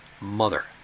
mother